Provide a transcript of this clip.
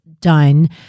done